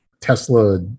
Tesla